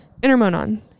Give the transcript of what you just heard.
Intermonon